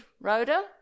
Rhoda